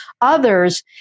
others